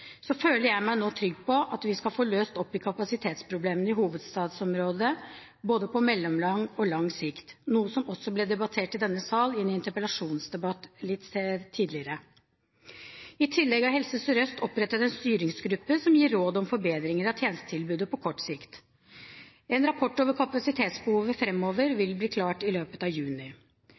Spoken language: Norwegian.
føler jeg meg trygg på at vi skal få løst opp i kapasitetsproblemene i hovedstadsområdet både på mellomlang og lang sikt – noe som også ble debattert i denne sal i en interpellasjonsdebatt litt tidligere. I tillegg har Helse Sør-Øst opprettet en styringsgruppe som gir råd om forbedringer av tjenestetilbudet på kort sikt. En rapport om kapasitetsbehovet framover vil bli klar i løpet av juni.